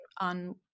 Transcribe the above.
on